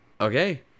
okay